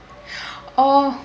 orh